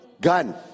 gun